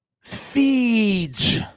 feeds